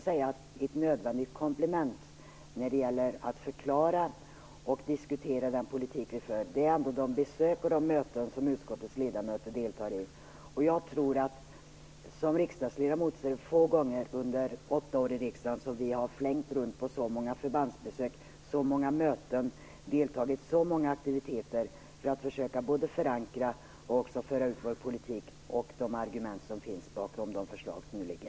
Men ett nödvändigt komplement för att förklara och diskutera den politik som vi för är de besök och möten som utskottets ledamöter deltar i. Det är få gånger som jag som riksdagsledamot under mina åtta år i riksdagen har flängt runt på så många förbandsbesök, så många möten och deltagit i så många aktiviteter för att försöka förankra och föra ut vår politik och de argument som finns bakom de framlagda förslagen.